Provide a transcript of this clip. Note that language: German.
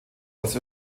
aus